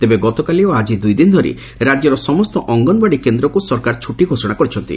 ତେବେ ଗତକାଲି ଓ ଆଜି ଦୁଇ ଦିନ ଧରି ରାକ୍ୟର ସମସ୍ତ ଅଙ୍ଗନଓ୍ୱାଡ଼ି କେନ୍ଦ୍ରକୁ ସରକାର ଛୁଟି ଘୋଷଣା କରିଛନ୍ତି